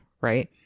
right